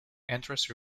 entrance